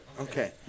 Okay